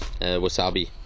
wasabi